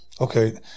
Okay